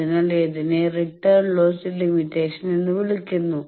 അതിനാൽ ഇതിനെ return loss limitation എന്ന് വിളിക്കുന്നു